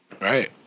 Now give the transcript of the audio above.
Right